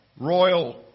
royal